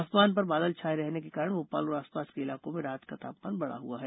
आसमान पर बादल छाए रहने के कारण भोपाल और आसपास के इलाकों में रात का तापमान बढ़ा हुआ है